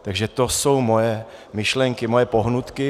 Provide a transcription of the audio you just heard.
Takže to jsou moje myšlenky, moje pohnutky.